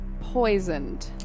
poisoned